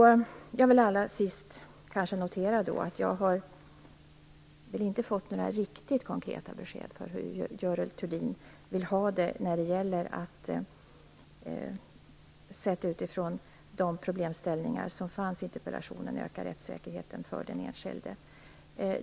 Jag vill allra sist notera att jag inte har fått några riktigt konkreta besked om hur Görel Thurdin vill ha det när det gäller att öka rättssäkerheten för den enskilde sett utifrån de problemställningar som fanns i interpellationen.